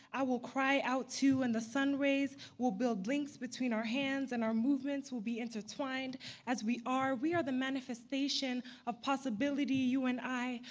i will cry out too. and the sun rays will build links between our hands and our movements will be intertwined as we are. we are the manifestation of possibility you and i.